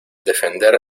defender